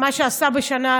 מה שעשה בשנה,